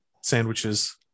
sandwiches